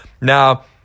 Now